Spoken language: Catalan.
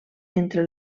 entre